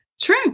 True